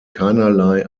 keinerlei